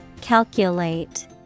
Calculate